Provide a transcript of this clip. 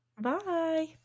Bye